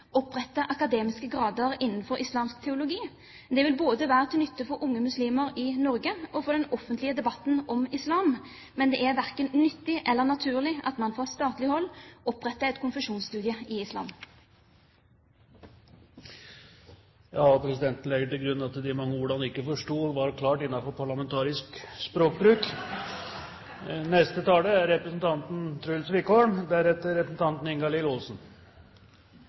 akademiske grader innen islamsk teologi. Dette vil både være til nytte for unge muslimer i Norge og for den offentlige debatten om islam. Men det er verken nyttig eller naturlig at man fra statlig hold oppretter et konfesjonsstudium i islam. Presidenten legger til grunn at de mange ordene man ikke forsto, var klart innenfor parlamentarisk språkbruk.